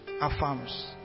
affirms